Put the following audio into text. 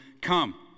come